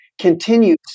continues